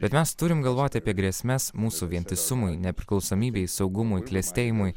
bet mes turim galvoti apie grėsmes mūsų vientisumui nepriklausomybei saugumui klestėjimui